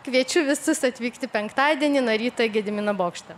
kviečiu visus atvykti penktadienį nuo ryto į gedimino bokštą